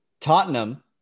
Tottenham